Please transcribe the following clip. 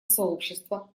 сообщества